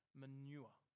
manure